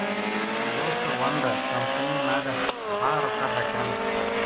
ನಮ್ ದೋಸ್ತ ಒಂದ್ ಕಂಪನಿ ನಾಗ್ ಭಾಳ್ ರೊಕ್ಕಾ ಹಾಕ್ಯಾನ್